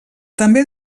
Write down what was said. també